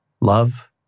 love